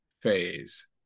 phase